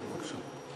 בבקשה.